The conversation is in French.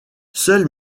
seul